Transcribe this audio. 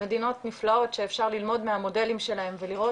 מדינות נפלאות שאפשר ללמוד מהמודלים שלהן ולראות